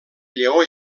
lleó